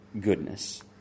goodness